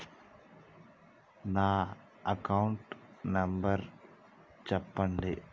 నా account number చెప్పండి?